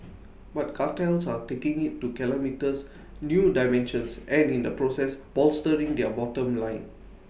but cartels are taking IT to kilometres new dimensions and in the process bolstering their bottom line